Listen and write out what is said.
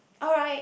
alright